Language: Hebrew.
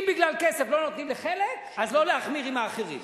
אם בגלל כסף לא נותנים לחלק, לא להחמיר עם האחרים.